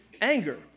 Anger